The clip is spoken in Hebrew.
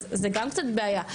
זו גם קצת בעיה.